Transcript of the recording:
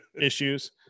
issues